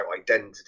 identity